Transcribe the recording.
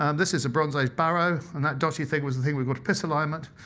um this is a bronze age barrow, and that dodgy thing was the thing we got to piss alignment.